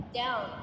down